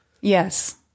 Yes